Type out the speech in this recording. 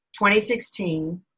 2016